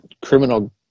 criminal